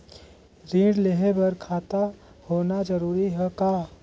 ऋण लेहे बर खाता होना जरूरी ह का?